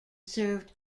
served